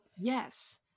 Yes